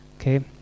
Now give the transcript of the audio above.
okay